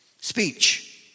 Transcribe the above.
speech